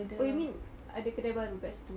oh you mean ada kedai baru kat situ